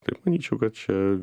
taip manyčiau kad čia